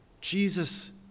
Jesus